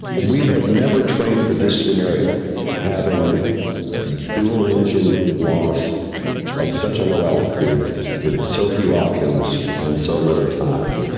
we had never trained for this scenario having dual engine lost at such a low altitude with so few options and so little time.